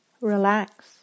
relax